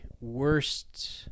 worst